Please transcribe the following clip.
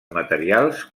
materials